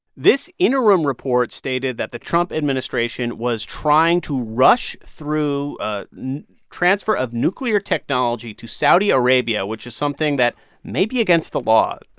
this interim report stated that the trump administration was trying to rush through a transfer of nuclear technology to saudi arabia, which is something that may be against the law.